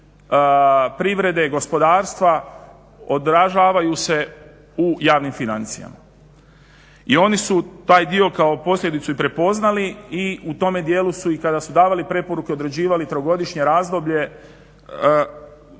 privrede, gospodarstva odražavaju se u javnim financijama. I oni su taj dio kao posljedicu i prepoznali i u tome dijelu kada su davali preporuke određivali trogodišnje razdoblje